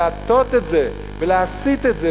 להטות את זה ולהסיט את זה,